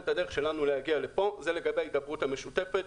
להגיע לפה זה לגבי ההידברות המשותפת